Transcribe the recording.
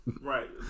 Right